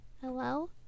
Hello